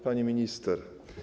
Pani Minister!